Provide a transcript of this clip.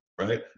right